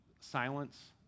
silence